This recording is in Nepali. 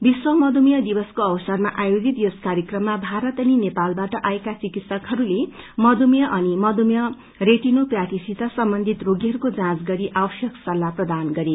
विश्व मधुमेह दिवसको अवसरमा आयोजित यस कार्यक्रममा भारत अनि नेपालबाट आएका चिकित्सकहरूले मधुमेह अनि मधुमेह रेटिनोपेथी सित सम्बन्धित रोगीहरूको जाँच गरि आवश्यक सल्लाह प्रदान गरे